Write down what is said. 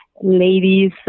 ladies